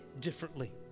differently